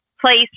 place